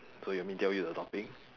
so you want me tell you the topic